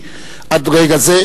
לייאש,